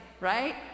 Right